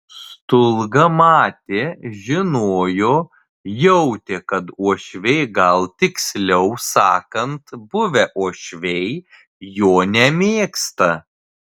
stulga matė žinojo jautė kad uošviai gal tiksliau sakant buvę uošviai jo nemėgsta